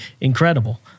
incredible